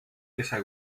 esa